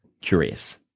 curious